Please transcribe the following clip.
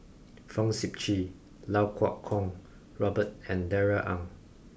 Fong Sip Chee Iau Kuo Kwong Robert and Darrell Ang